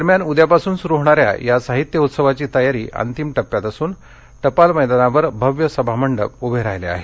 दरम्यान उद्यापासून सुरू होणाऱ्या या साहित्य उत्सवाची तयारी अंतिम टप्प्यात असून टपाल मैदानावर भव्य सभामंडप उभे राहिले आहेत